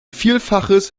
vielfaches